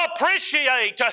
appreciate